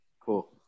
Cool